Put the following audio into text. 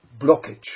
blockage